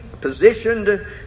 positioned